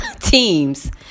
teams